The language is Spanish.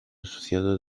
asociado